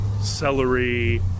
celery